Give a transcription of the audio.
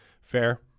Fair